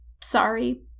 sorry